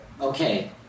Okay